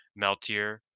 Meltier